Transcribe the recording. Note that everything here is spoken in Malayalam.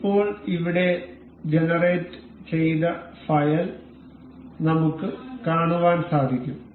ഇപ്പോൾ ഇവിടെ ജനറേറ്റു ചെയ്ത ഫയൽ നമുക്ക് കാണുവാൻ സാധിക്കും